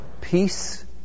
peace